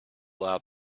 out